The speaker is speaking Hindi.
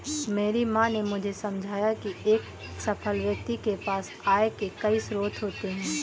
मेरी माँ ने मुझे समझाया की एक सफल व्यक्ति के पास आय के कई स्रोत होते हैं